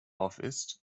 aufisst